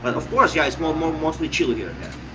but, of course, yeah, it's more more mostly chill here,